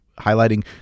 highlighting